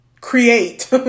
create